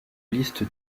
liste